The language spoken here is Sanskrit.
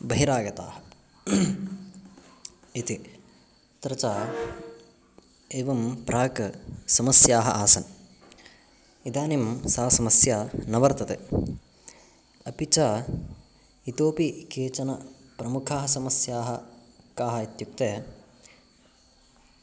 बहिरागताः इति तत्र च एवं प्राक् समस्याः आसन् इदानीं सा समस्या न वर्तते अपि च इतोपि केचन प्रमुखाः समस्याः काः इत्युक्ते